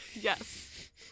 Yes